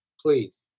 please